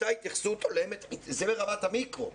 זה ברמת המיקרו.